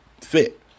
fit